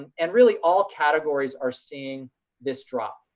and really all categories are seeing this drop.